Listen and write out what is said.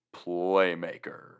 Playmaker